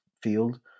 field